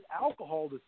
alcohol